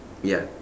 ya